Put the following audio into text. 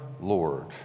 Lord